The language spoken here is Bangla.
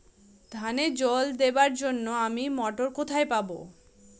ধানে জল দেবার জন্য আমি মটর কোথায় পাবো?